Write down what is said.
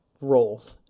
roles